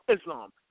Islam